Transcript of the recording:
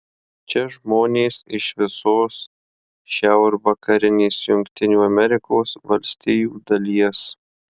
čia žmonės iš visos šiaurvakarinės jungtinių amerikos valstijų dalies